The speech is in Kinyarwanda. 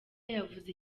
yavuze